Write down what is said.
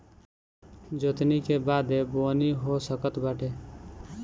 जोतनी के बादे बोअनी हो सकत बाटे